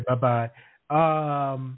bye-bye